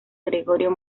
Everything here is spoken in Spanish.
gregorio